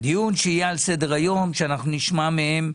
דיון שיהיה על סדר-היום, שאנחנו נשמע מהם.